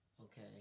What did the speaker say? okay